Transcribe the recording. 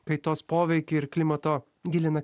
kaitos poveikį ir klimato gilina